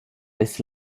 this